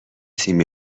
تیم